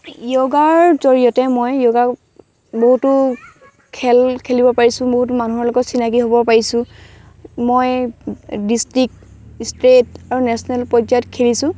য়ৌগাৰ জড়িয়তে মই যোগা বহুতো খেল খেলিব পাৰিছোঁ বহুতো মানুহৰ লগত চিনাকী হ'ব পাৰিছোঁ মই ডিষ্ট্ৰিক্ট ষ্টেট আৰু নেচনেল পৰ্যায়ত খেলিছোঁ